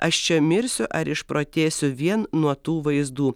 aš čia mirsiu ar išprotėsiu vien nuo tų vaizdų